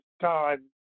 time